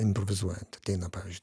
improvizuojant ateina pavyzdžiui